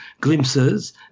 glimpses